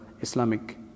Islamic